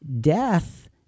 death